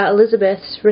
Elizabeth's